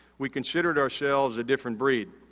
we considered ourselves a different breed.